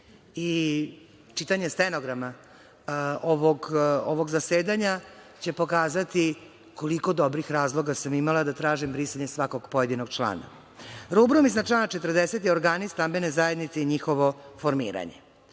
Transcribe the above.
i čitanje stenograma ovog zasedanja će pokazati koliko dobrih razloga sam imala da tražim brisanje svakog pojedinog člana. Rubrum iznad člana 40. je organi stambene zajednice i njihovo formiranje.